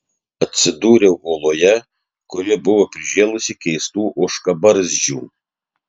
atsidūriau oloje kuri buvo prižėlusi keistų ožkabarzdžių